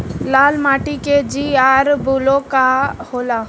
लाल माटी के जीआर बैलू का होला?